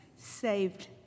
saved